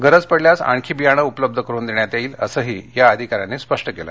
गरज असल्यास आणखी बियाणं उपलब्ध करुन देण्यात येईल असंही या अधिकाऱ्यांनी सांगितलं